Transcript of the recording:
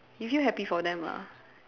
you feel happy for them lah